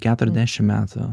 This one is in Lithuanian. keturiasdešimt metų